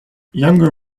younger